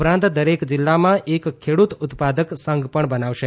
ઉપરાંત દરેક જીલ્લામાં એક ખેડૂત ઉત્પાદક સંઘ પણ બનાવશે